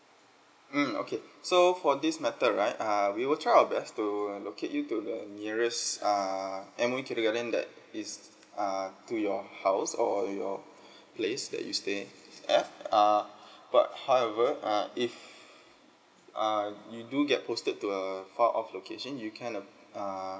mm okay so for this matter right uh we will try our best to locate you to the nearest err M_O_E kindergarten that is uh to your house or your place that you stay at uh but however uh if uh you do get posted to a far off location you can uh err